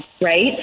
right